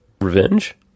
revenge